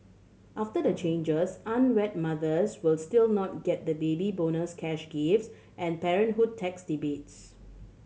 after the changes unwed mothers will still not get the Baby Bonus cash gifts and parenthood tax debates